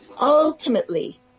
ultimately